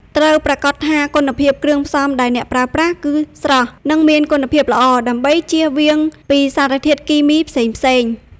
ត្រូវប្រាកដថាគុណភាពគ្រឿងផ្សំដែលអ្នកប្រើប្រាស់គឺស្រស់ និងមានគុណភាពល្អ ដើម្បីចៀសវាងពីសារធាតុគីមីផ្សេងៗ។